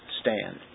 stand